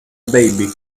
baby